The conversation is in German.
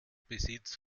besitz